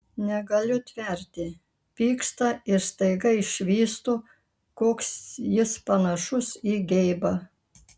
negaliu tverti pyksta ir staiga išvystu koks jis panašus į geibą